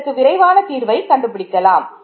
இதற்கு விரைவாக தீர்வைக் கண்டு பிடிக்கலாம்